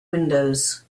windows